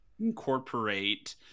incorporate